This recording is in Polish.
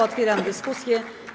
Otwieram dyskusję.